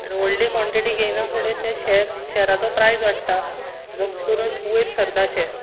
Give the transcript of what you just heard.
आनी व्हडली कोंटिटी घेयना फुडें ते शॅर शॅराचो प्रायस वाडटा जप्प करुन वयर सरता शेयर